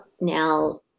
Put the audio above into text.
now